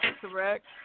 correct